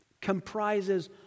comprises